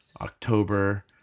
October